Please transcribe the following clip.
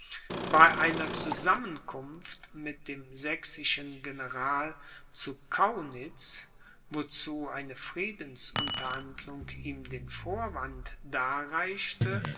bei einer zusammenkunft mit dem sächsischen general zu kaunitz wozu eine friedensunterhandlung ihm den vorwand darreichte